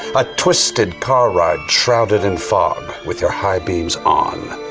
a twisted car ride shrouded in fog with your high beams on,